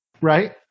right